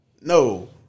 No